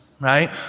Right